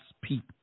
people